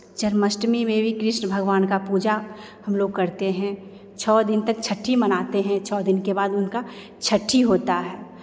जन्माष्टमी में भी कृष्ण भगवान का पूजा हम लोग करते हैं छौ दिन तक छठी मनाते हैं छौ दिन के बाद उनका छठी होता है